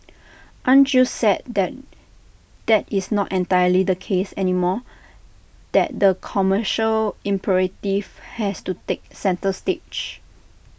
aren't you sad that that is not entirely the case anymore that the commercial imperative has to take centre stage